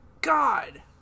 God